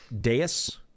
dais